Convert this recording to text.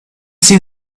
see